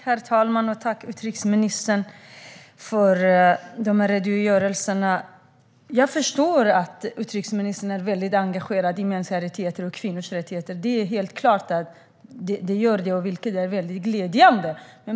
Herr talman! Tack, utrikesministern, för redogörelserna! Jag förstår att utrikesministern är väldigt engagerad i mänskliga rättigheter och kvinnors rättigheter. Det är helt klart, och det är väldigt glädjande.